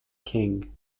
king